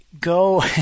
go